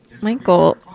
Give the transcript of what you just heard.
Michael